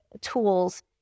tools